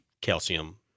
calcium